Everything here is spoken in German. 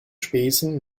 spesen